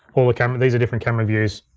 all the camera, these are different camera views,